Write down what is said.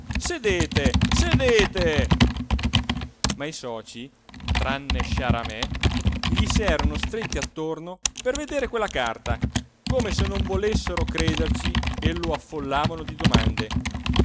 sedete sedete ma i socii tranne sciaramè gli s'erano stretti attorno per vedere quella carta come se non volessero crederci e lo affollavano di domande